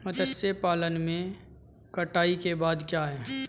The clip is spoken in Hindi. मत्स्य पालन में कटाई के बाद क्या है?